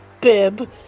Bib